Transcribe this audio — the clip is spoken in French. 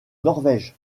norvège